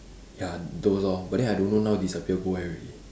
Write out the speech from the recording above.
ya those lor but then I don't know now disappear go where already